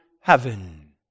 heaven